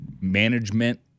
management